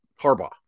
Harbaugh